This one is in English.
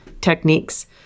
techniques